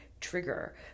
trigger